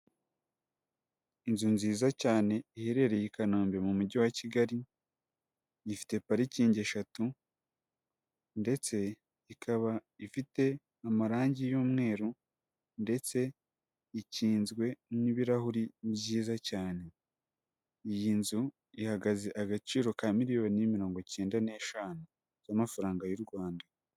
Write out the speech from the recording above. Inzu nziza cyane iherereye i Kanombe mu Mujyi wa Kigali, ifite parikingi eshatu ndetse ikaba ifite amarangi y'umweru ndetse ikinzwe n'ibirahuri byiza cyane, iyi nzu ihagaze agaciro ka miliyoni mirongo icyenda n'eshanu z'amafaranga y'u Rwanda.